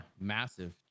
massive